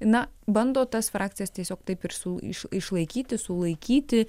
na bando tas frakcijas tiesiog taip ir su iš išlaikyti sulaikyti